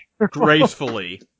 gracefully